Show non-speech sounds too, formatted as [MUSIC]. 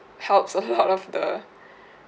helps a lot of the [BREATH]